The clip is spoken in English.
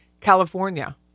California